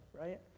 right